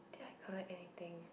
did I collect anything